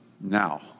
now